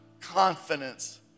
confidence